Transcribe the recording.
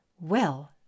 Well